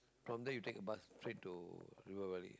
from there you take a bus straight to River Valley